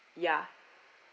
yeah